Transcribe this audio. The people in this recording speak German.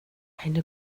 eine